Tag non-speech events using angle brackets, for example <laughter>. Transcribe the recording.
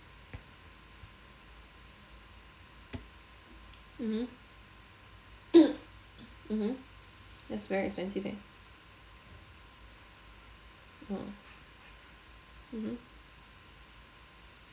mmhmm <coughs> mmhmm that's very expensive eh mm mmhmm